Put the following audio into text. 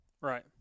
Right